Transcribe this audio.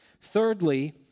Thirdly